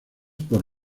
por